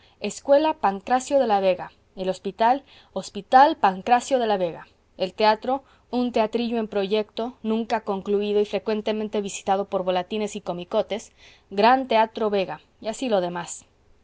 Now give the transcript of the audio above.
escuela pancracio de la vega el hospital hospital pancracio de la vega el teatro un teatrillo en proyecto nunca concluido y frecuentemente visitado por volatines y comicotes gran teatro vega y así lo demás